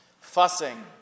fussing